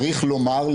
צריך לומר,